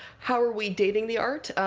how are we dating the art?